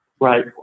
Right